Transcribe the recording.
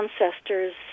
ancestors